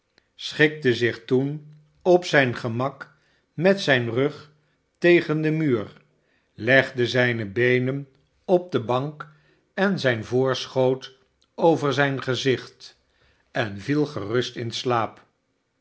schikte zich toen op zijn gemak met zijn rug tegen den muur legde zijne beenen op de bank en zijn voorschoot over zijn gezicht en viel gerust in slaap